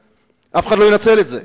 אף אחד מהם לא ינצל אותה,